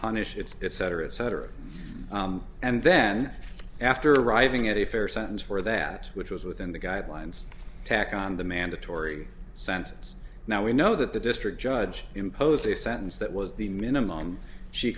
punish its cetera et cetera and then after arriving at a fair sentence for that which was within the guidelines tack on the mandatory sentence now we know that the district judge imposed a sentence that was the minimum she